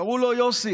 קראו לו יוסי,